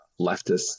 leftists